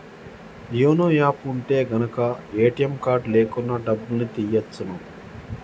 YONO app ఉంటె గనక ATM card లేకున్నా డబ్బుల్ని తియ్యచ్చును